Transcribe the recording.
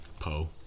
Poe